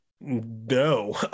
no